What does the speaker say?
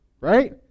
right